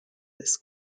this